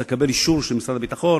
צריך לקבל אישור של משרד הביטחון,